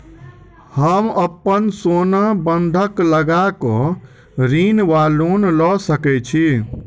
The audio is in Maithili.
हम अप्पन सोना बंधक लगा कऽ ऋण वा लोन लऽ सकै छी?